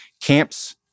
Camp's